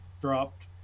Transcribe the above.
dropped